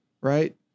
right